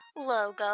logo